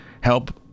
Help